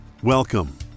Welcome